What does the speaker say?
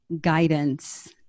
guidance